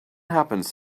happens